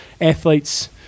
Athletes